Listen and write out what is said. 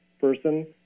person